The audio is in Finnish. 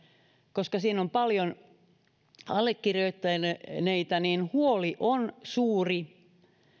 koska siinä on paljon allekirjoittaneita se tarkoittaa sitä että huoli on suuri